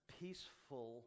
peaceful